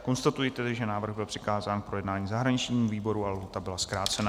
Konstatuji tedy, že návrh byl přikázán k projednání zahraničnímu výboru a lhůta byla zkrácena.